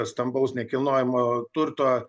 stambaus nekilnojamo turto